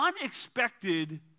Unexpected